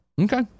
Okay